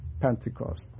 Pentecost